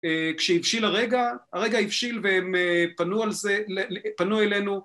כשהבשיל הרגע, הרגע הבשיל והם פנו על זה, פנו אלינו